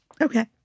Okay